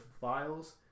files